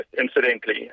incidentally